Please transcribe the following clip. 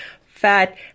fat